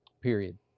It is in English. period